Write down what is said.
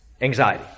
anxiety